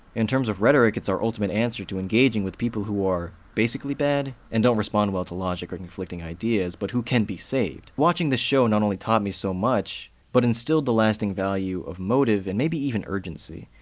in terms of rhetoric, it's our ultimate answer to engaging with people who are basically bad and don't respond well to logic or conflicting ideas, but who can be saved. watching this show not only taught me so much, but instilled the lasting value of motive and maybe even urgency,